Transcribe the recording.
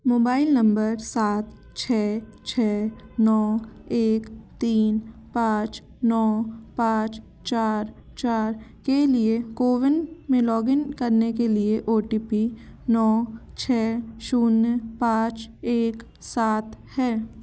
mobile नम्बर सात छः छः नौ एक तीन पाँच नौ पाँच चार चार के लिए कोविन में लॉग इन करने के लिए ओ टी पी नौ छः शून्य पाँच एक सात है